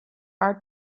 are